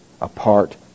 apart